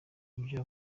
ibyo